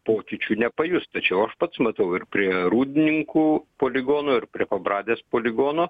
pokyčių nepajus tačiau aš pats matau ir prie rūdninkų poligono ir prie pabradės poligono